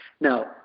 Now